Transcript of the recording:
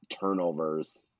turnovers